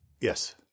yes